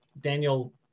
Daniel